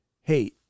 Hey